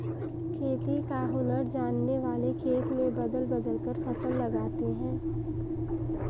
खेती का हुनर जानने वाले खेत में बदल बदल कर फसल लगाते हैं